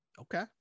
Okay